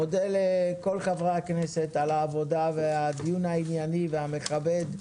מודה לכל חברי הכנסת על העבודה ועל הדיון הענייני והמכבד,